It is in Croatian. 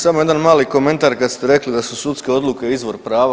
Samo jedan mali komentar kad ste rekli da su sudske odluke izvor prava.